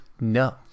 No